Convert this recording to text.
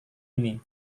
ini